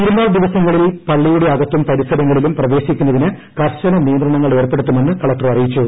തിരുനാൾ ദിവസങ്ങളിൽ പള്ളിയുടെ അകത്തും പരിസരങ്ങളിലും പ്രവേശിക്കുന്നതിനു കർശന നിയന്ത്രണങ്ങൾ ഏർപ്പെടുത്തുമെന്ന് കളക്ടർ അറിയിച്ചു